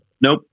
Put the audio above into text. Nope